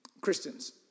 Christians